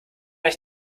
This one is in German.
euch